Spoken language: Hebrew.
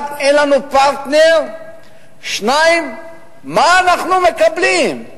1. אין לנו פרטנר, 2. מה אנחנו מקבלים.